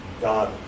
God